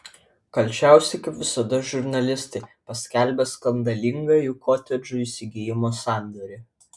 kalčiausi kaip visada žurnalistai paskelbę skandalingą jų kotedžų įsigijimo sandorį